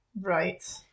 Right